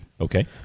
Okay